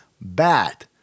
bat